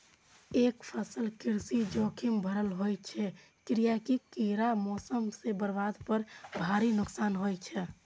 एकफसला कृषि जोखिम भरल होइ छै, कियैकि कीड़ा, मौसम सं बर्बादी पर भारी नुकसान होइ छै